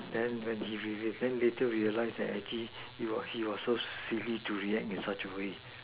then when he revenge then later we realized that actually he was he was so sickly to react in that way